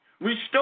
restore